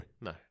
No